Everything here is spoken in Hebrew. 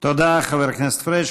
תודה, חבר הכנסת פריג'.